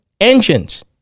engines